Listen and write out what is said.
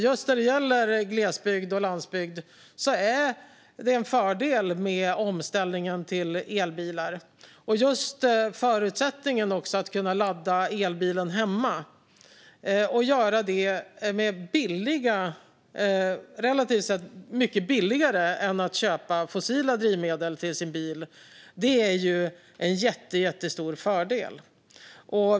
Just när det gäller glesbygd och landsbygd är det en fördel i omställningen till elbilar. Att just kunna ladda elbilen hemma och att det är relativt mycket billigare än om man ska köpa fossila drivmedel till sin bil är en jättestor fördel.